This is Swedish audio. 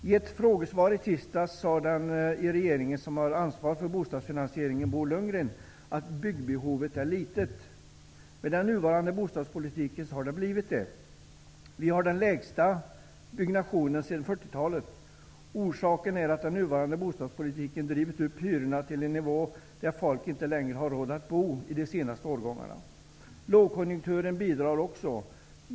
I ett frågesvar i tisdags sade den i regeringen som har ansvar för bostadsfinansieringen, Bo Lundgren, att byggbehovet är litet. Med den nuvarande bostadspolitiken har det blivit det. Byggnationen ligger nu på den lägsta nivån sedan 40-talet. Orsaken är att den nuvarande bostadspolitiken drivit upp hyrorna till en nivå som gör att folk inte längre har råd att bo i de senaste årgångarna. Lågkonjunkturen bidrar också.